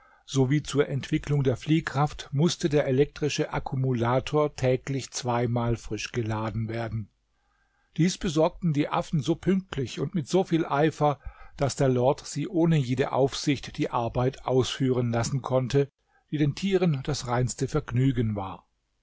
sowie zur entwicklung der fliehkraft mußte der elektrische akkumulator täglich zweimal frisch geladen werden dies besorgten die affen so pünktlich und mit so viel eifer daß der lord sie ohne jede aufsicht die arbeit ausführen lassen konnte die den tieren das reinste vergnügen war